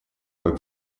как